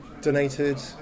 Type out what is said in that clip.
donated